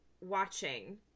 watching